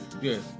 Yes